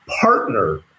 partner